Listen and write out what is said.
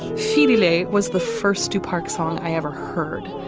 she really was the first to park song i ever heard.